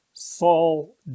Saul